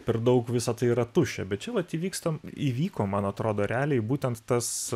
per daug visa tai yra tuščia bet čia vat įvyksta įvyko man atrodo realiai būtent tas